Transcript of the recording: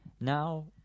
Now